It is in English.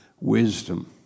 wisdom